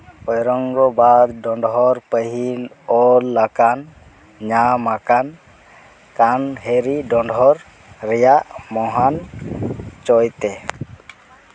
ᱳᱭᱨᱚᱝᱜᱚᱵᱟᱫ ᱰᱚᱸᱰᱷᱚᱨ ᱯᱟᱹᱦᱤᱞ ᱚᱞ ᱟᱠᱟᱱ ᱧᱟᱢ ᱟᱠᱟᱱ ᱠᱟᱱᱦᱮᱨᱤ ᱰᱚᱸᱰᱷᱚᱨ ᱨᱮᱭᱟᱜ ᱢᱚᱦᱟᱱ ᱪᱚᱭᱛᱮ